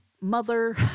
mother